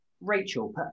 Rachel